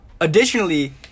Additionally